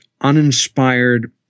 uninspired